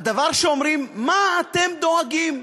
הדבר שאומרים: מה אתם דואגים?